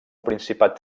principat